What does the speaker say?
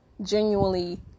genuinely